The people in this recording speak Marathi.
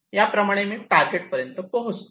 याप्रमाणे मी टारगेट पर्यंत पोहोचतो